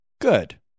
good